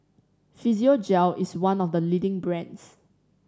Physiogel is one of the leading brands